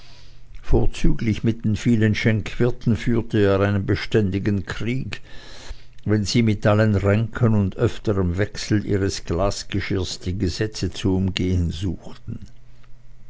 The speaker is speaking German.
vorzüglich mit den vielen schenkwirten führte er einen beständigen krieg wenn sie mit allen ränken und öfterm wechsel ihres glasgeschirres das gesetz zu umgehen suchten